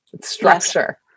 structure